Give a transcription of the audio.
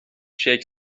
شیک